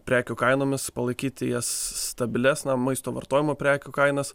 prekių kainomis palaikyti jas stabilias na maisto vartojimo prekių kainas